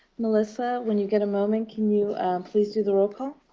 melissa, when you get a moment, can you please do the roll call?